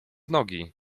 nogi